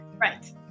right